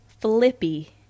flippy